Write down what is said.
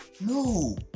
no